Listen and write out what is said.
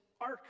ark